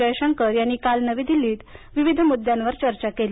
जयशंकर यांनी काल नवी दिल्लीत विविध मुद्द्यांवर चर्चा केली